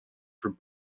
for